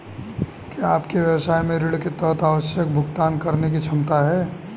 क्या आपके व्यवसाय में ऋण के तहत आवश्यक भुगतान करने की क्षमता है?